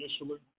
initially